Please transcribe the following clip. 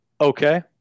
Okay